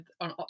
on